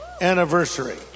anniversary